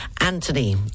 Anthony